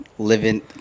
living